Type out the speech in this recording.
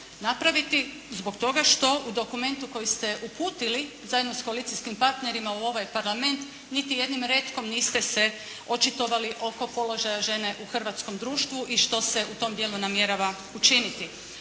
napraviti zbog toga što u dokumentu koji ste uputili zajedno s koalicijskim partnerima u ovaj Parlament niti jednim retkom niste se očitovali oko položaja žene u hrvatskom društvu i što se u tom dijelu namjerava učiniti.